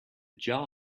jar